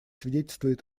свидетельствует